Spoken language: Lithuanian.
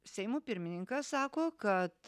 seimo pirmininkas sako kad